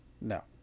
No